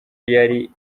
yari